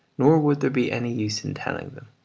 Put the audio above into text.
nor would there be any use in telling them.